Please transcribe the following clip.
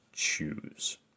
choose